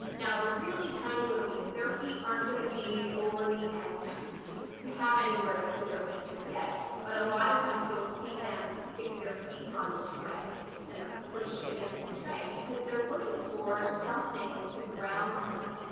now the really tiny little beans their feet aren't gonna be over the end to have anywhere to put their feet just yet but a lot of times you'll see them stick their feet on the tray and like push against the tray because they're looking for something to ground them.